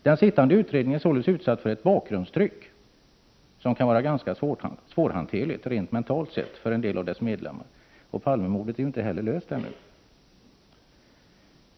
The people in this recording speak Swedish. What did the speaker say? Den sittande utredningen är således utsatt för ett bakgrundstryck, som kan vara ganska svårhanterligt rent mentalt sett för en del av dess medlemmar, och Palmemordet är ju inte heller löst ännu.